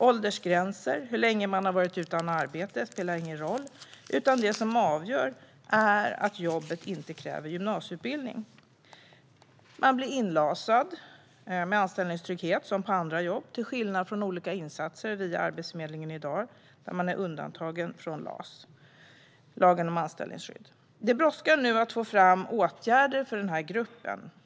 Åldersgränser och hur länge man varit utan arbete spelar ingen roll, utan det som avgör är att jobbet inte kräver gymnasieutbildning. Man blir inlasad med anställningstrygghet som på andra jobb, till skillnad från i olika insatser via Arbetsförmedlingen i dag där man är undantagen från LAS, lagen om anställningsskydd. Det brådskar att få fram åtgärder för denna grupp.